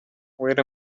wait